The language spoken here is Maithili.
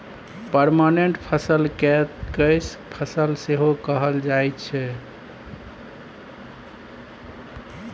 परमानेंट फसल केँ कैस फसल सेहो कहल जाइ छै